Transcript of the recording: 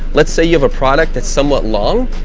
let's say, you have a product that's somewhat long.